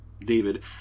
David